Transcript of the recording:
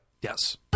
yes